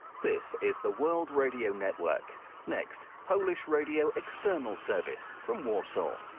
face is the world radio network next polish radio external service from also